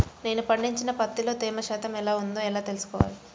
నేను పండించిన పత్తిలో తేమ శాతం ఎంత ఉందో ఎలా తెలుస్తుంది?